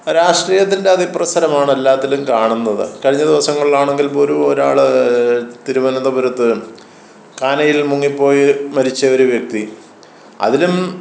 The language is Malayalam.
രാഷ്ട്രീയത്തിൻ്റെ അതി പ്രസരമാണ് എല്ലാത്തിലും കാണുന്നത് കഴിഞ്ഞ ദിവസങ്ങളിലാണെങ്കിൽ പോലും ഒരാൾ തിരുവനന്തപുരത്ത് കാനയിൽ മുങ്ങി പോയി മരിച്ച ഒരു വ്യക്തി അതിലും